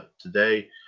today